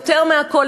ויותר מהכול,